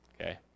Okay